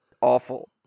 awful